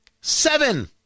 Seven